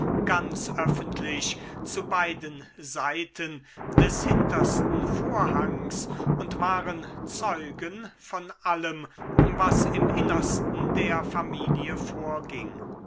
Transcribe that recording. ganz öffentlich zu beiden seiten des hintersten vorhangs und waren zeugen von allem was im innersten der familie vorging